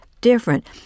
different